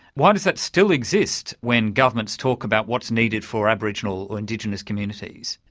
why does that still exist when governments talk about what's needed for aboriginal indigenous communities?